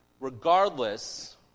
regardless